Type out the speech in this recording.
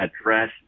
address